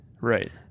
Right